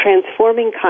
transforming